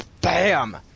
Bam